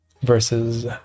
versus